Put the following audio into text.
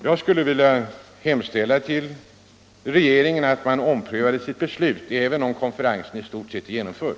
Jag skulle vilja hemställa till regeringen att man omprövar sitt beslut, även om konferensen i stort sett nu är genomförd.